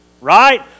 Right